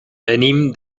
venim